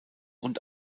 und